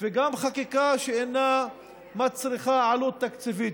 וגם אינה מצריכה עלות תקציבית,